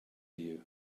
you